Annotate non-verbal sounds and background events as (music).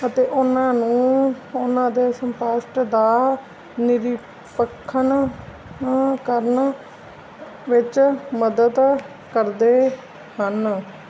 ਅਤੇ ਉਹਨਾਂ ਨੂੰ ਉਹਨਾਂ ਦੇ ਸਪਸ਼ਟ ਦਾ ਨਿਰੀਪੱਖਣ (unintelligible) ਕਰਨ ਵਿੱਚ ਮਦਦ ਕਰਦੇ ਹਨ